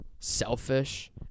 selfish